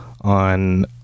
on